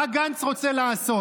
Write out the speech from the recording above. מה גנץ רוצה לעשות.